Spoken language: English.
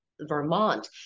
Vermont